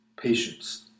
Patience